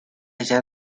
allá